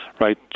right